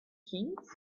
kings